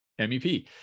MEP